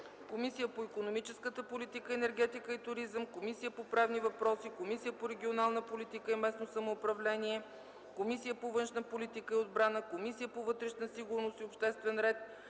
Комисията по икономическата политика, енергетика и туризъм, Комисията по правни въпроси, Комисията по регионална политика и местно самоуправление, Комисията по външна политика и отбрана, Комисията по вътрешна сигурност и обществен ред,